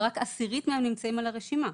ורק עשירית מהם נמצאים ברשימה.